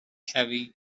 heavy